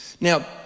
now